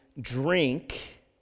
Drink